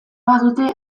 badute